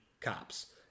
cops